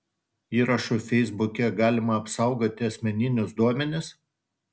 įrašu feisbuke galima apsaugoti asmeninius duomenis